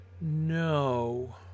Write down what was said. No